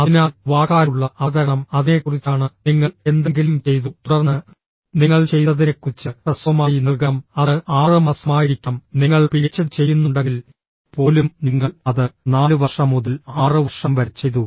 അതിനാൽ വാക്കാലുള്ള അവതരണം അതിനെക്കുറിച്ചാണ് നിങ്ങൾ എന്തെങ്കിലും ചെയ്തു തുടർന്ന് നിങ്ങൾ ചെയ്തതിനെക്കുറിച്ച് ഹ്രസ്വമായി നൽകണം അത് 6 മാസമായിരിക്കാം നിങ്ങൾ പിഎച്ച്ഡി ചെയ്യുന്നുണ്ടെങ്കിൽ പോലും നിങ്ങൾ അത് 4 വർഷം മുതൽ 6 വർഷം വരെ ചെയ്തു